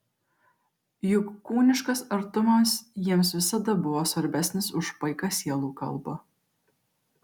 juk kūniškas artumas jiems visada buvo svarbesnis už paiką sielų kalbą